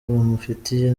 bamufitiye